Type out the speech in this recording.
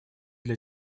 для